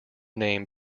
name